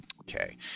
Okay